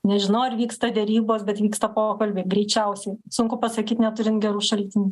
nežinau ar vyksta derybos bet vyksta pokalbiai greičiausiai sunku pasakyti neturim gerų šaltinių